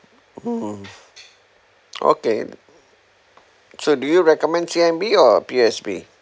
hmm okay so do you recommend C_I_M_B or P_O_S_B